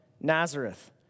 Nazareth